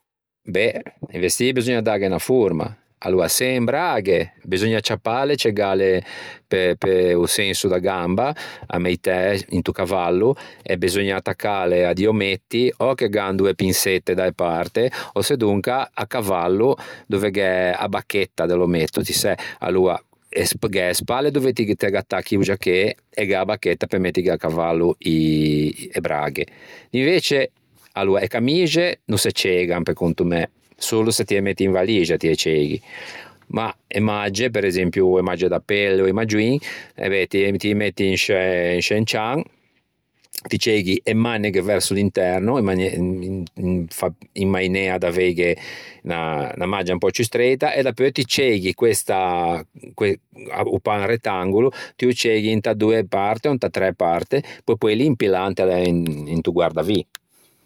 Beh a-i vesî beseugna dâghe unna forma. Aloa se en braghe beseugna ciappâle e cegâle pe-o senso da gamba, à meitæ into cavallo e beseugna attaccâle à di ommetti ò che gh'an doe pinsette da-e parte ò sedonca à cavallo dove gh'é a bacchetta de l'ommetto, ti sæ aloa gh'é e spalle dove ti gh'attacchi o giachê e gh'é a bacchetta pe mettighe à cavallo i e braghe. Invece aloa e camixe no se ceigan pe conto mæ solo se ti ê metti in valixe ti ê ceighi ma e magge pe esempio e magge da pelle ò i maggioin e ben ti î metti in sce un cian, ti ceighi e maneghe verso l'interno in mainea d'aveighe unna maggia un pö ciù streita e dapeu ti ceighi questa, o pâ un rettangolo, ti ô ceighi inta doe parte o inta træ parte pe poeilo impillâ into guardavî.